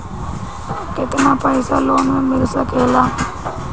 केतना पाइसा लोन में मिल सकेला?